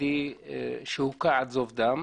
חרדי שהוכה עד זוב דם.